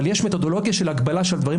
אבל יש מתודולוגיה של הגבלה של הדברים